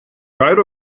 gair